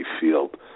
field